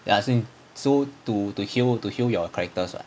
ya I think so to to heal to heal your characters lah